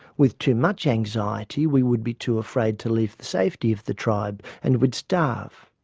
with too much anxiety we would be too afraid to leave the safety of the tribe, and we'd starve.